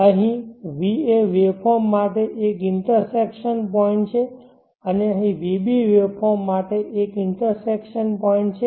અહીં va waveform માટે એક ઇન્ટરસેકશન પોઇન્ટ છે અને અહીં vb વેવફોર્મ માટે એક ઇન્ટરસેકશન પોઇન્ટ છે